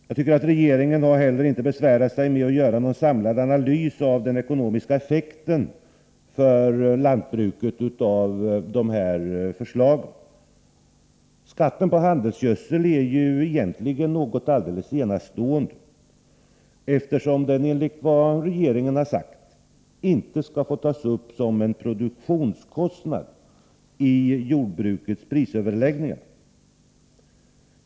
Jag tycker att regeringen inte heller har besvärat sig med att göra någon samlad analys av den ekonomiska effekten för lantbruket av de här förslagen. Skatten på handelsgödsel är egentligen något alldeles enastående, eftersom den, enligt vad regeringen har sagt, inte skall få tas upp som en produktionskostnad i jordbrukets prisöverläggningar.